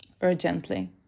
urgently